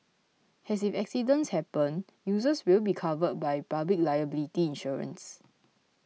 and if accidents happen users will be covered by public liability insurance